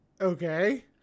Okay